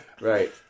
Right